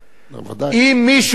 אם מישהו מעלה,